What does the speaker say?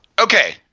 Okay